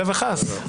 חלילה וחס.